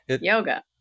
yoga